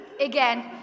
again